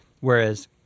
whereas